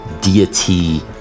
deity